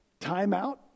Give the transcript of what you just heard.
timeout